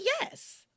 yes